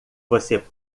você